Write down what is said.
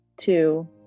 two